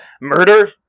murder